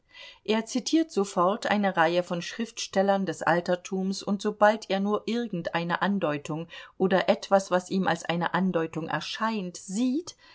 er zitiert sofort eine reihe von schriftstellern des altertums und sobald er nur irgendeine andeutung oder etwas was ihm als eine andeutung erscheint sieht